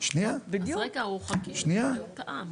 אז יש לנו נתון?